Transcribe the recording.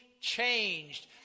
changed